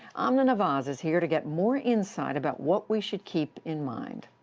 amna nawaz is here to get more insight about what we should keep in mind.